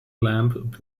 lamb